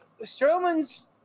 Strowman's